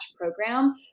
program